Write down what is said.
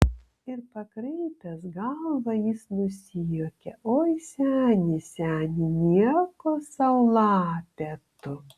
ir pakraipęs galvą jis nusijuokė oi seni seni nieko sau lapė tu